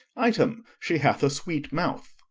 item she hath a sweet mouth